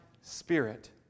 spirit